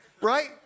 right